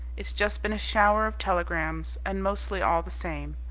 it's just been a shower of telegrams, and mostly all the same.